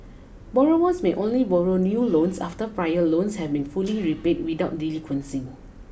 borrowers may only borrow new loans after prior loans have been fully repaid without delinquency